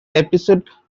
episode